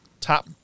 Top